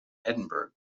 edinburgh